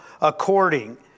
according